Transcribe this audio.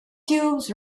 tubes